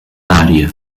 área